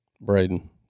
Braden